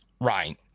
Right